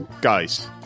Guys